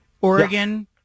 Oregon